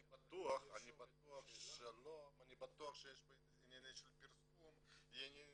אני בטוח שיש פה עניינים של פרסום, עניינים